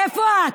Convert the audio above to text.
איפה את?